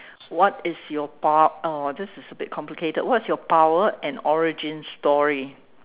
what is your pow~ uh !wow! this is a bit complicated what is your power and origin story